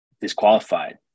disqualified